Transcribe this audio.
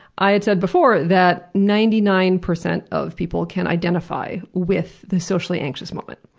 i and said before that ninety nine percent of people can identify with the socially anxious moment.